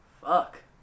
fuck